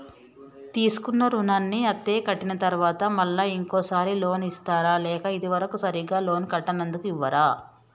తీసుకున్న రుణాన్ని అత్తే కట్టిన తరువాత మళ్ళా ఇంకో సారి లోన్ ఇస్తారా లేక ఇది వరకు సరిగ్గా లోన్ కట్టనందుకు ఇవ్వరా?